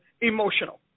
emotional